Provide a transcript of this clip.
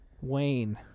Wayne